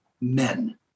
men